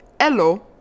Hello